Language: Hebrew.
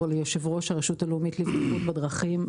ליושב-ראש הרשות הלאומית לבטיחות בדרכים,